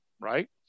right